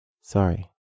Sorry